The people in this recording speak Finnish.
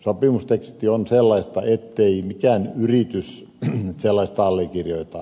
sopimusteksti on sellaista ettei mikään yritys sellaista allekirjoita